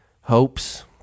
hopes